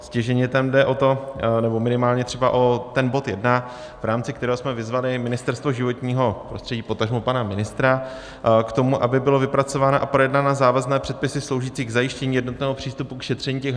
Stěžejně tam jde o to, nebo minimálně třeba o ten bod jedna, v rámci kterého jsme vyzvali Ministerstvo životního prostředí, potažmo pana ministra, k tomu, aby byly vypracovány a projednány závazné předpisy sloužící k zajištění jednotného přístupu k šetření těch havárií.